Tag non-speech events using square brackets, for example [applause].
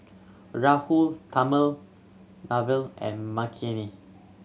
Rahul [unintelligible] and Makineni